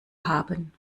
haben